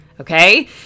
Okay